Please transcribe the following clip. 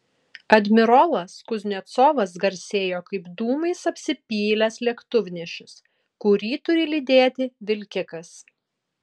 admirolas kuznecovas garsėjo kaip dūmais apsipylęs lėktuvnešis kurį turi lydėti vilkikas